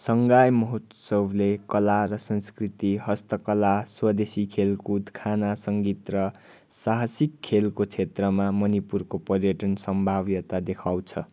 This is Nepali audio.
सङ्गाई महोत्सवले कला र संस्कृति हस्तकला स्वदेशी खेलकुद खाना सङ्गीत र साहसिक खेलको क्षेत्रमा मणिपुरको पर्यटन सम्भाव्यता देखाउँछ